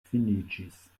finiĝis